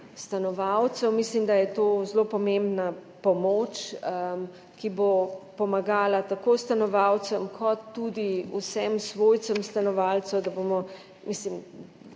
stanovalcev. Mislim, da je to zelo pomembna pomoč, ki bo pomagala tako stanovalcem kot tudi vsem svojcem stanovalcev. Je v bistvu